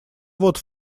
вот